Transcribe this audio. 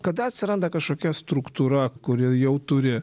kada atsiranda kažkokia struktūra kuri jau turi